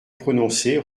prononcer